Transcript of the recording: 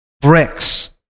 Bricks